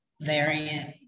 variant